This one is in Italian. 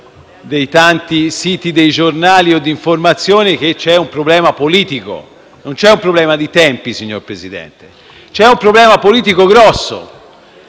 dei tanti siti dei giornali o di informazione - che c'è un problema politico, non c'è un problema di tempi, signor Presidente. C'è un problema politico grosso,